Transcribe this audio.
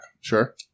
sure